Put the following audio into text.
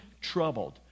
troubled